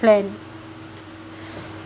plan